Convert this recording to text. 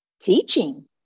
teaching